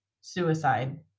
suicide